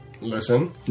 Listen